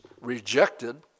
rejected